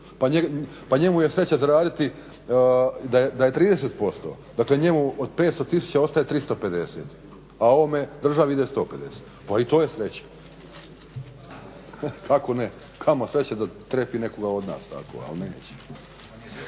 Pa njemu je sreća zaraditi da je 30%, dakle njemu od 500 tisuća ostaje 350, a državi ide 150 pa i to je sreća. Kako ne, kamo sreće da trefi nekoga od nas tako ali neće.